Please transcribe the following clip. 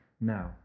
now